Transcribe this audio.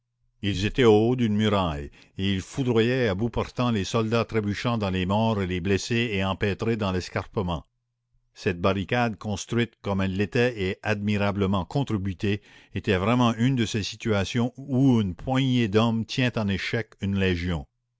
ils étaient au haut d'une muraille et ils foudroyaient à bout portant les soldats trébuchant dans les morts et les blessés et empêtrés dans l'escarpement cette barricade construite comme elle l'était et admirablement contre butée était vraiment une de ces situations où une poignée d'hommes tient en échec une légion